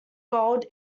gold